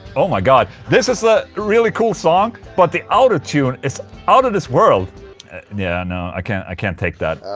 oh my god, this is a really cool song but the auto-tune is out of this world yeah no, i can't i can't take that.